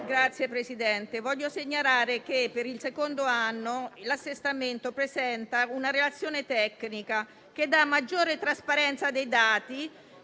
dicevo, ci tengo a segnalare che per il secondo anno, l'assestamento presenta una relazione tecnica che dà maggiore trasparenza dei dati,